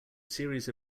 series